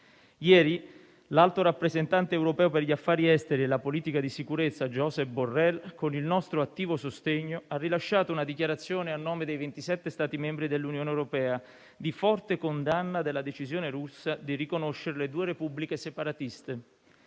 Ieri l'alto rappresentante europeo per gli affari esteri e la politica di sicurezza Josep Borrel, con il nostro attivo sostegno, ha rilasciato una dichiarazione a nome dei 27 Stati membri dell'Unione europea di forte condanna della decisione russa di riconoscere le due repubbliche separatiste.